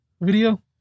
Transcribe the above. video